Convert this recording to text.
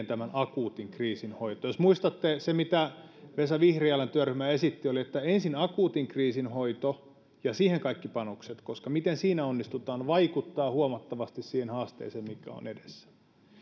tämän akuutin kriisin hoitoa jos muistatte niin se mitä vesa vihriälän työryhmä esitti oli se että ensin akuutin kriisin hoito ja siihen kaikki panokset koska se miten siinä onnistutaan vaikuttaa huomattavasti siihen haasteeseen mikä on edessä ja